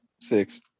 six